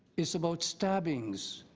it's about stabbings.